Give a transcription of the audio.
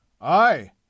Aye